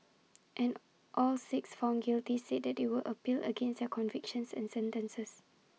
and all six found guilty said they would appeal against their convictions and sentences